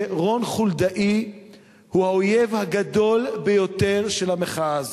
שרון חולדאי הוא האויב הגדול ביותר של המחאה הזאת.